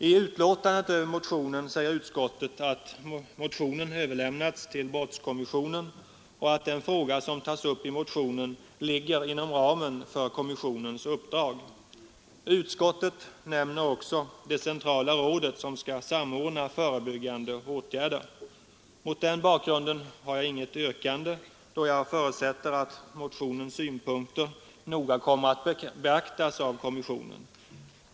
I betänkandet över motionen säger utskottet att motionen överlämnats till brottskommissionen och att den fråga som tas upp i motionen ligger inom ramen för kommissionens uppdrag. Utskottet nämner också det centrala rådet som skall samordna förebyggande åtgärder. Mot den bakgrunden har jag inget yrkande, då jag förutsätter att motionens synpunkter noga kommer att beaktas av kommissionen.